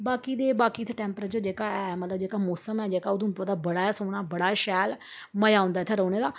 बाकी दे बाकी इ'त्थें टेंपरेचर जेह्का ऐ मतलब मौसम जेह्का उधमपुर दा बड़ा सोह्ना बड़ा शैल मज़ा औंदा ऐ इ'त्थें रौहने दा